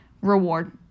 reward